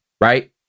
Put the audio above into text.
right